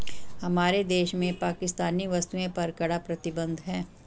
हमारे देश में पाकिस्तानी वस्तुएं पर कड़ा प्रतिबंध हैं